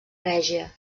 regia